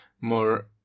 more